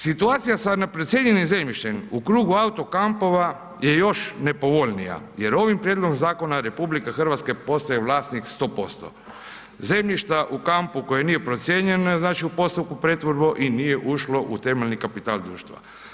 Situacija sa neprocijenjenim zemljištem u krugu autokampova je još nepovoljnija jer ovim prijedlogom zakona RH postaje vlasnik 100%. zemljišta u kampu koje nije procijenjeno znači u postupku pretvorbe i nije ušlo u temeljni kapital društva.